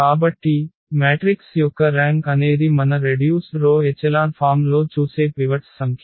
కాబట్టి మ్యాట్రిక్స్ యొక్క ర్యాంక్ అనేది మన రెడ్యూస్డ్ రో ఎచెలాన్ ఫామ్ లో చూసే పివట్స్ సంఖ్య